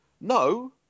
No